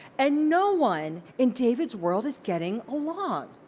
and no one in david's world is getting along.